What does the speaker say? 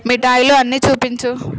మిఠాయిలు అన్ని చూపించు